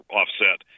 offset